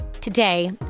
Today